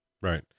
Right